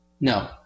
No